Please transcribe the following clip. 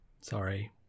Sorry